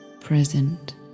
present